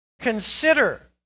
Consider